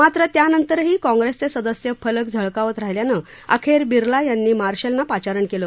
मात्र त्यानंतरही काँग्रेसचे सदस्य फलक झळकावत राहील्यानं अखेर बिर्ला यांनी मार्शलना पाचारण केलं